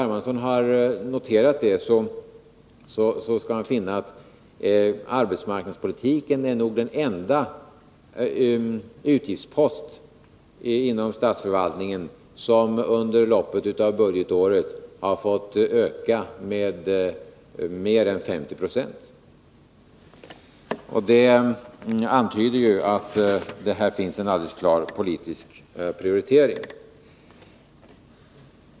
Hermansson har noterat det, så skall han finna att arbetsmarknadspolitiken nog är den enda utgiftspost inom statsförvaltningen som under loppet av budgetåret har fått öka med mer än 50 96. Det antyder ju att det här finns en alldeles klar politisk prioritering.